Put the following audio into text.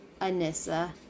anissa